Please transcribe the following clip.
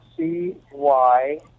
C-Y